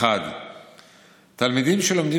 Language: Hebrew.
תלמידים שלומדים